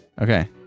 Okay